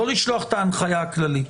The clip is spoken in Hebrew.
לא לשלוח את ההנחיה הכללית.